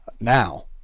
now